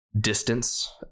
distance